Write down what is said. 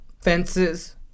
Fences